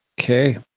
okay